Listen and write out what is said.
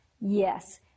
Yes